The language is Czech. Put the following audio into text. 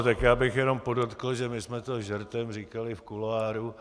Tak já bych jenom podotkl, že my jsme to žertem říkali v kuloáru.